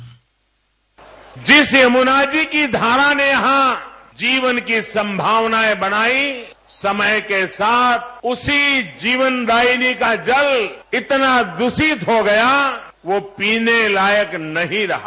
bite जिस यमुना जी की धारा ने यहां जीवन की संभावनाएं बनाई समय के साथ उसी जीवनदायिनी का जल इतना दूषित हो गया वह पीने लायक नहीं रहा